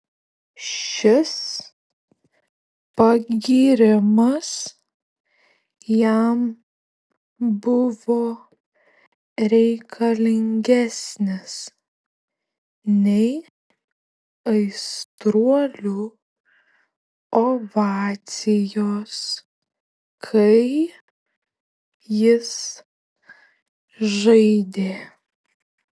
šis pagyrimas jam buvo reikalingesnis nei aistruolių ovacijos kai jis žaidė